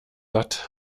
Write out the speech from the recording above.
satt